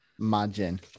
Imagine